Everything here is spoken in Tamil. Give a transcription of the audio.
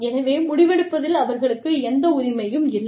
எனவே முடிவெடுப்பதில் அவர்களுக்கு எந்த உரிமையும் இல்லை